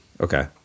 Okay